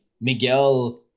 miguel